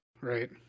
Right